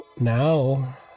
now